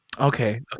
Okay